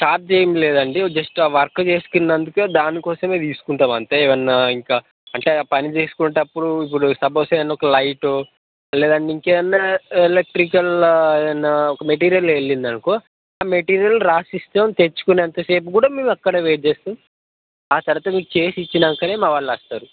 charge ఏం లేదండి just ఆ వర్క్ చేసుకున్నందుకే దాని కోసమే తీసుకుంటాం అంతే ఏమన్నా ఇంకా అంటే ఆ పని చేసుకుమేదప్పుడు సప్పోజ్ ఒక లైటో లేదు ఇంకేమన్నా ఎలక్ట్రికల్ ఏదన్నా ఒక మెటీరియల్ వెళ్ళిందనుకో ఆ మెటీరియల్ రాసిస్తాం తెచ్చుకునేంత సేపు కూడా మేము అక్కడే వెయిట్ చేస్తాం ఆ షరతు మీకు చేసి ఇచ్చినాకనే మా వాళ్ళొస్తారు